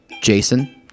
Jason